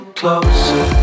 closer